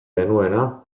genuena